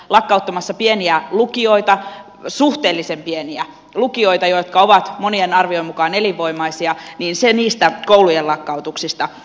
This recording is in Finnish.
lakkauttamassa pieniä lukioita suhteellisen pieniä lukioita jotka ovat monien arvion mukaan elinvoimaisia niin se edistää koulujen lakkautuksesta